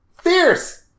Fierce